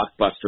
blockbuster